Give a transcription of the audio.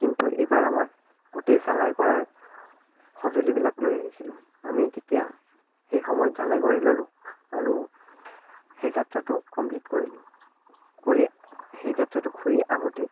কিন্তু এইবাৰ আমাৰ গোটেই জ্বালাই কৰাৰ সঁজুলিবিলাক লৈ আহিছিলোঁ আমি তেতিয়া সেই সময়ত জ্বালাই কৰি ল'লোঁ আৰু সেই যাত্ৰাটো কমপ্লিট কৰিলোঁ কৰি সেই যাত্ৰাটো ঘূৰি আহোঁতে